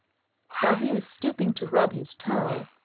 while he was stooping to rub his toe,